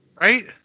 Right